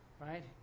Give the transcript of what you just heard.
Right